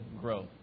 growth